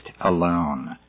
alone